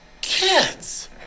kids